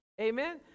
Amen